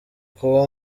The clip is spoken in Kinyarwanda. kuba